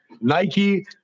Nike